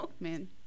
Man